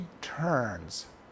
turns